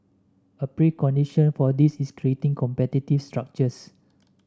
a precondition for this is creating competitive structures